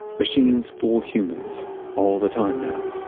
machines fool humans all the time now